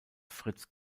fritz